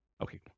Okay